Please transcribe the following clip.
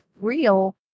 real